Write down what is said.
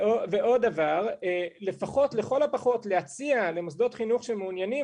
ועוד דבר: לכל הפחות להציע למוסדות חינוך שמעוניינים